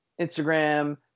Instagram